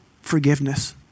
forgiveness